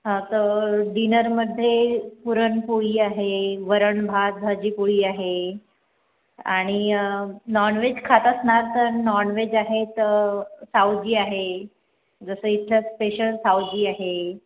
हां तर डिनरमध्ये पुरणपोळी आहे वरणभात भाजी पोळी आहे आणि नॉनव्हेज खात असणार तर नॉनव्हेज आहे तर सावजी आहे जसं इथलं स्पेशल सावजी आहे